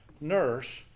nurse